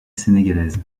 sénégalaise